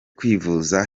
kwivuza